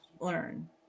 learn